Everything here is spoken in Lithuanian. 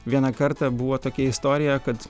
vieną kartą buvo tokia istorija kad